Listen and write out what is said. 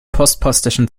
postpostischen